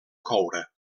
coure